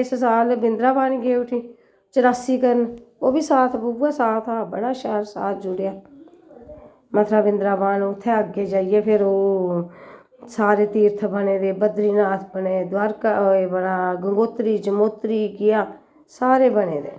इस साल वृंदावन गे उठी चरासी करन ओह् बी साथ उग्गे साथ हा बड़ा शैल साथ जुड़ेआ मथरा वृंदावन उत्थें अग्गें जाइये फिर ओह् सारे तीरथ बने दे बद्रीनाथ बने दे द्वारका बना गंगोत्री यमनोत्री केह् आखां सारे बने दे